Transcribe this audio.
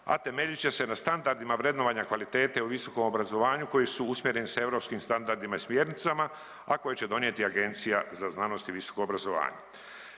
a temeljit će se na standardima vrednovanja, kvalitete u visokom obrazovanju koji su usmjereni sa europskim standardima i smjernicama, a koje će donijeti Agencija za znanost i visoko obrazovanje.